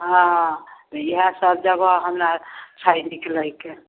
हँ इएह सब जगह हमरा छै निकलैके